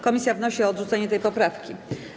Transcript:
Komisja wnosi o odrzucenie tej poprawki.